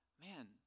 man